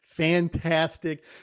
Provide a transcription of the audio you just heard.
Fantastic